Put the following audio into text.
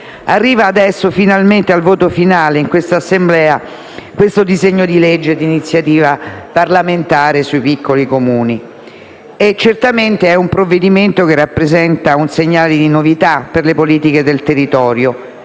legislature, approda al voto finale in questa Assemblea il disegno di legge di iniziativa parlamentare sui piccoli Comuni. È certamente un provvedimento che rappresenta un segnale di novità per le politiche del territorio